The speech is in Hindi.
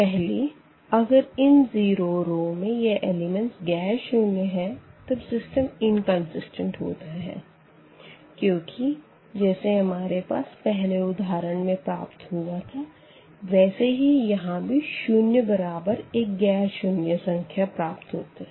पहली अगर इन ज़ीरो रो में यह एलिमेंट्स ग़ैर शून्य है तब सिस्टम इनकंसिस्टेंट होता है क्योंकि जैसे हमारे पास पहले उदाहरण में प्राप्त हुआ था वैसे ही यहाँ भी शून्य बराबर एक गैर शून्य संख्या प्राप्त होता है